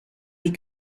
die